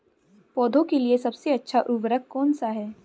पौधों के लिए सबसे अच्छा उर्वरक कौन सा है?